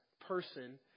person